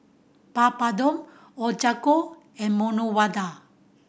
Papadum Ochazuke and Medu Vada